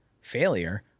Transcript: failure